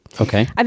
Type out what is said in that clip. Okay